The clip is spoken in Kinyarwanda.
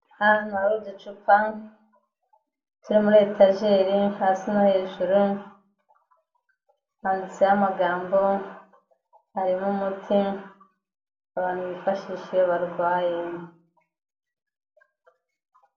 Ahantu hari uducupa turi muri etajeri hasi no hejuru, handitseho amagambo, harimo umuti abantu bifashisha iyo barwaye.